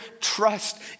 trust